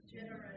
Generous